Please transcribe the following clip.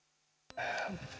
arvoisa